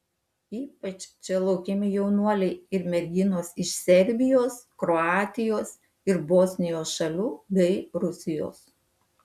ypač čia laukiami jaunuoliai ir merginos iš serbijos kroatijos ir bosnijos šalių bei rusijos